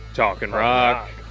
talking rock